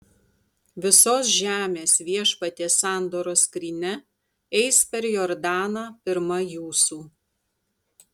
visos žemės viešpaties sandoros skrynia eis per jordaną pirma jūsų